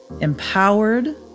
empowered